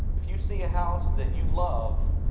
if you see a house that you love.